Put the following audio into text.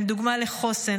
הם דוגמה לחוסן,